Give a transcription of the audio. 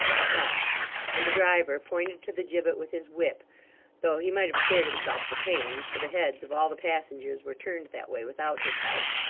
stopped and the driver pointed to the gibbet with his whip though he might have spared himself the pains, for the heads of all the passengers were turned that way without his help,